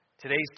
Today's